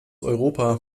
europa